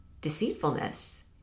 deceitfulness